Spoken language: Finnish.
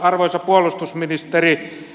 arvoisa puolustusministeri